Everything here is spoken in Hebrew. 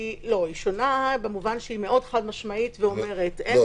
לא בכיוון שלה